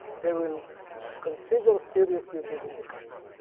they will consider seriously leaving the country.